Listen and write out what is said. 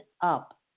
up